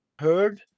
heard